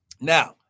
now